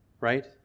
right